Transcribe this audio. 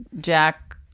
Jack